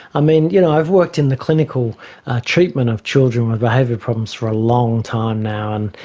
i mean you know i've worked in the clinical treatment of children with behavioural problems for a long time now,